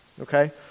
okay